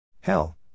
Hell